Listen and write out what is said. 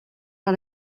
par